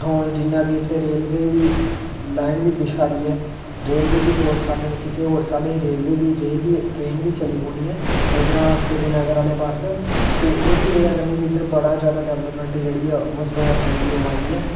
जि'यां कि इत्थै रेलवे लाइन बी बिछा दी ऐ रेलवे होर साले गी इत्थै रेल बी ट्रेन बी चली पौनी ऐ इद्धरा श्रीनगर आह्ले पास्सै ते ओहदी बजह कन्नै बी इद्धर बड़ा ज्यादा डिवैलपमैंट जेहड़ी ऐ उस बजह कन्नै बी होआ दी ऐ